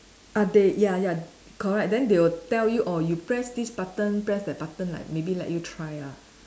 update ya ya correct then they will tell you orh you press this button press that button like maybe let you try ah